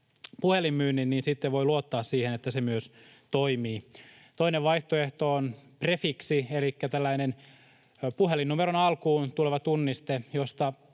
puhelinmyynnin, sitten voi luottaa siihen, että se myös toimii. Toinen vaihtoehto on prefiksi elikkä tällainen puhelinnumeron alkuun tuleva tunniste, josta